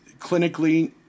clinically